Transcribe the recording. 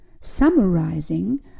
Summarizing